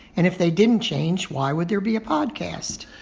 and if they didn't change, why would there be a podcast?